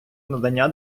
надання